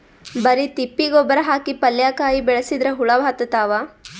ಬರಿ ತಿಪ್ಪಿ ಗೊಬ್ಬರ ಹಾಕಿ ಪಲ್ಯಾಕಾಯಿ ಬೆಳಸಿದ್ರ ಹುಳ ಹತ್ತತಾವ?